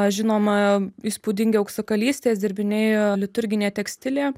žinoma įspūdingi auksakalystės dirbiniai liturginė tekstilė